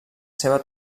seva